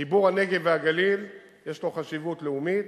חיבור הנגב והגליל יש לו חשיבות לאומית,